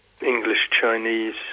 English-Chinese